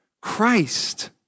Christ